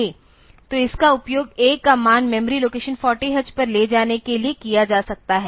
तो इसका उपयोग A का मान मेमोरी लोकेशन 40 h पर ले जाने के लिए किया जा सकता है